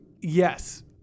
Yes